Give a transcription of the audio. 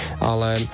ale